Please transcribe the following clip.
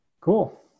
Cool